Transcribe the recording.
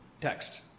text